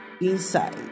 inside